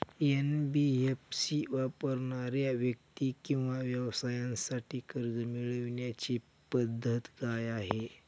NBFC वापरणाऱ्या व्यक्ती किंवा व्यवसायांसाठी कर्ज मिळविण्याची पद्धत काय आहे?